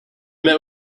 met